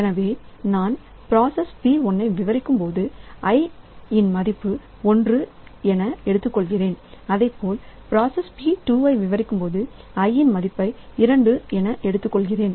எனவே நான் process P1 விவரிக்கும்போது i என் மதிப்பை ஒன்று என எடுத்துக் கொள்கிறேன் அதைப்போல் ப்ராசஸ் P2 விவரிக்கும்போது i இன் மதிப்பை 2 என எடுத்துக்கொள்கிறேன்